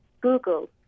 Google